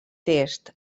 tests